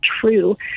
true